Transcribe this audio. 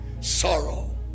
sorrow